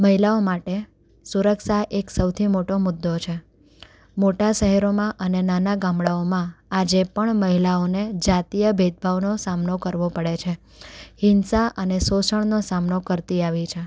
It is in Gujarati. મહિલાઓ માટે સુરક્ષા એક સૌથી મુદ્દો છે મોટા શહેરોમાં અને નાના ગામડાઓમા આજે પણ મહિલાઓને જાતીય ભેદભાવનો સામનો કરવો પડે છે હિંસા અને શોષણનો સામનો કરતી આવી છે